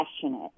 passionate